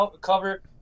cover